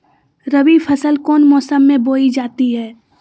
रबी फसल कौन मौसम में बोई जाती है?